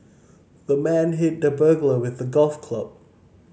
the man hit the burglar with a golf club